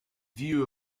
view